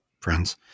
friends